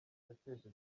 yateje